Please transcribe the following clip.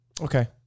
Okay